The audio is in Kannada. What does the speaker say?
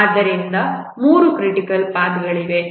ಆದ್ದರಿಂದ ಮೂರು ಕ್ರಿಟಿಕಲ್ ಪಾಥ್ಗಳಿವೆ